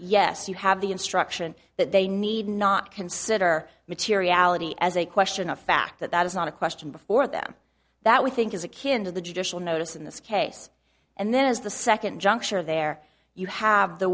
yes you have the instruction that they need not consider materiality as a question of fact that that is not a question before them that we think is a kin to the judicial notice in this case and then as the second juncture there you have the